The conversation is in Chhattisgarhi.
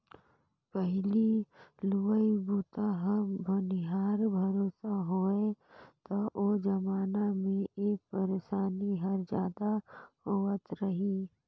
पहिली लुवई बूता ह बनिहार भरोसा होवय त ओ जमाना मे ए परसानी हर जादा होवत रही